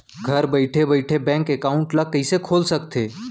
घर बइठे बइठे बैंक एकाउंट ल कइसे खोल सकथे?